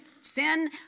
sin